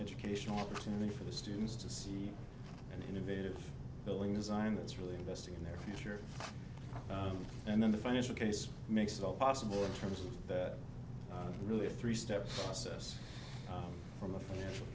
educational opportunity for the students to see an innovative building design that's really investing in their future and then the financial case makes it all possible in terms of that really a three step process from a financial